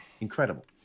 incredible